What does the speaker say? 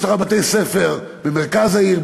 יש לך בתי-ספר במרכז העיר,